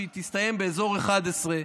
שהיא תסתיים באזור 23:00,